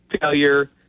failure